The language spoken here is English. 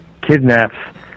kidnaps